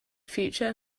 future